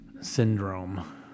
syndrome